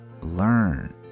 learn